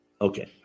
Okay